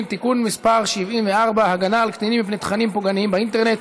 הינני מתכבדת להודיעכם,